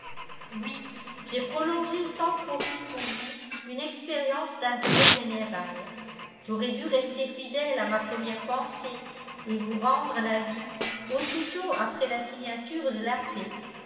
oui j'ai prolongé sans profit pour vous une expérience d'intérêt général j'aurais dû rester fidèle à ma première pensée et vous rendre la vie aussitôt après la signature de la paix